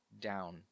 down